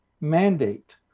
mandate